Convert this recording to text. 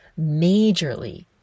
majorly